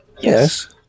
Yes